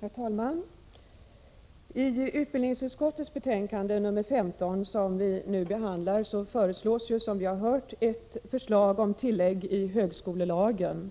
Herr talman! I utbildningsutskottets betänkande 15 behandlas, som vi har hört, ett förslag om tillägg i högskolelagen